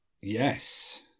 Yes